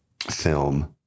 film